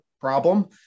problem